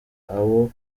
abo